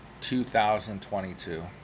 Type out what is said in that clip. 2022